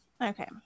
Okay